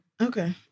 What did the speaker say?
Okay